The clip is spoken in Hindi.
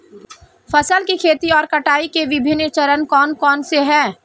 फसल की खेती और कटाई के विभिन्न चरण कौन कौनसे हैं?